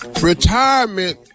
Retirement